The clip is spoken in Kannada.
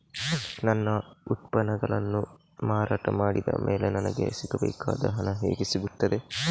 ನನ್ನ ಉತ್ಪನ್ನಗಳನ್ನು ಮಾರಾಟ ಮಾಡಿದ ಮೇಲೆ ನನಗೆ ಸಿಗಬೇಕಾದ ಹಣ ಹೇಗೆ ಸಿಗುತ್ತದೆ?